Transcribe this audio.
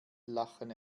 lachen